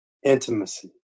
Intimacy